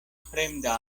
fremda